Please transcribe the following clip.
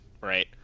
right